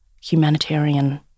humanitarian